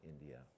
India